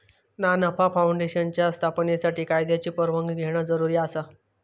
ना नफा फाऊंडेशनच्या स्थापनेसाठी कायद्याची परवानगी घेणा जरुरी आसा